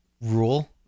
rule